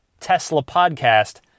teslapodcast